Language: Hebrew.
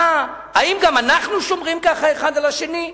האם גם אנחנו שומרים ככה אחד על השני?